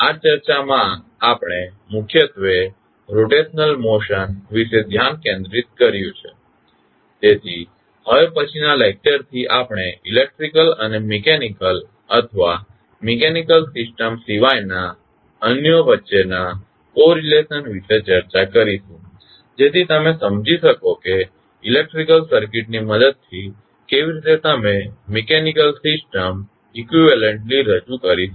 આ ચર્ચામાં આપણે મુખ્યત્વે રોટેશનલ મોશન વિશે ધ્યાન કેન્દ્રિત કર્યું છે તેથી હવે પછીના લેકચરથી આપણે ઇલેક્ટ્રીકલ અને મિકેનીકલ અથવા મિકેનીકલ સિસ્ટમ સિવાયના અન્યો વચ્ચેના કોરિલેશન વિશે ચર્ચા કરીશું જેથી તમે સમજી શકો કે ઇલેક્ટ્રિકલ સર્કિટ ની મદદથી કેવી રીતે તમે મિકેનીકલ સિસ્ટમ ઇકવીવેલન્ટ્લી રજૂ કરી શકો